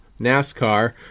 NASCAR